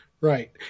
Right